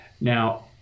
Now